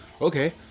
okay